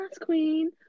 Queen